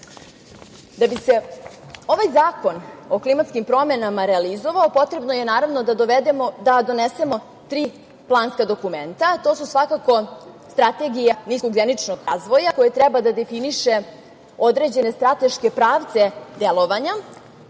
bi se ovaj zakon o klimatskim promenama realizovao, potrebno je da donesemo tri planska dokumenta, a to su svakako Strategija niskougljeničnog razvoja, koja treba da definiše određene strateške pravce delovanja,